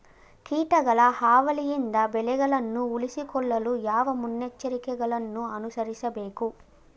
ಕೀಟಗಳ ಹಾವಳಿಯಿಂದ ಬೆಳೆಗಳನ್ನು ಉಳಿಸಿಕೊಳ್ಳಲು ಯಾವ ಮುನ್ನೆಚ್ಚರಿಕೆಗಳನ್ನು ಅನುಸರಿಸಬೇಕು?